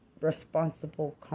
responsible